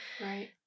Right